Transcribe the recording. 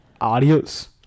Adios